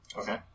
Okay